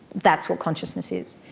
that's what consciousness is.